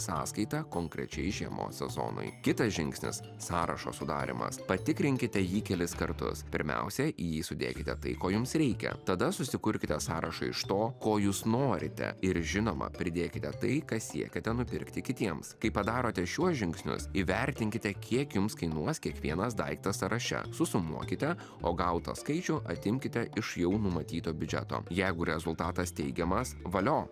sąskaitą konkrečiai žiemos sezonui kitas žingsnis sąrašo sudarymas patikrinkite jį kelis kartus pirmiausia į jį sudėkite tai ko jums reikia tada susikurkite sąrašą iš to ko jūs norite ir žinoma pridėkite tai ką siekiate nupirkti kitiems kai padarote šiuos žingsnius įvertinkite kiek jums kainuos kiekvienas daiktas sąraše susumuokite o gautą skaičių atimkite iš jau numatyto biudžeto jeigu rezultatas teigiamas valio